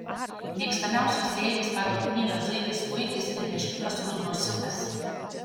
mėgstamiausios eilės pagal knygą zuikis puikis ir meškiukas rudnosiukas